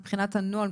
מבחינת הנוהל,